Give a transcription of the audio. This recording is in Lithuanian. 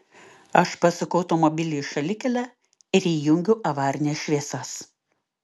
aš pasuku automobilį į šalikelę ir įjungiu avarines šviesas